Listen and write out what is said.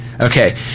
Okay